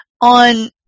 on